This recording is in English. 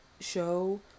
show